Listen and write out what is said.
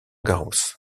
garros